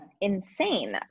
insane